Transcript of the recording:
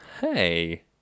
Hey